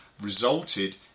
resulted